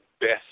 best